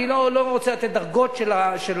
אני לא רוצה לתת דרגות של הרוע,